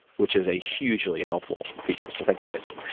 which is a hugely helpful feature so thank you, nason.